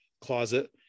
closet